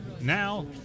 Now